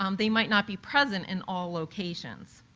um they might not be present in all locations.